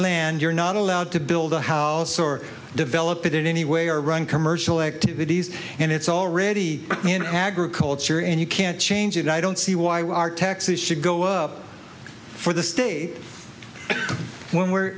land you're not allowed to build a house or develop it in any way or run commerce activities and it's already in agriculture and you can't change it i don't see why why our taxes should go up for the state where we were